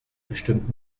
bestimmt